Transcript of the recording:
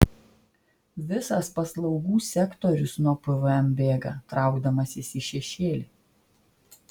visas paslaugų sektorius nuo pvm bėga traukdamasis į šešėlį